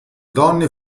donne